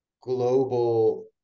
global